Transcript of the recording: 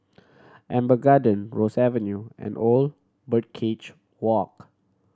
Amber Gardens Ross Avenue and Old Birdcage Walk